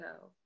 go